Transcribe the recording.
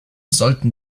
sollten